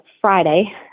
Friday